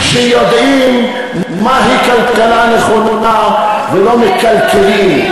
שיודעים מהי כלכלה נכונה ולא מקלקלים.